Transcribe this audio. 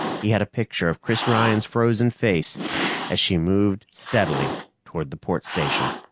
he had a picture of chris ryan's frozen face as she moved steadily toward the port station.